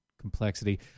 complexity